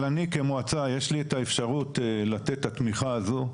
אבל כמועצה יש לי אפשרות לתת את התמיכה הזו.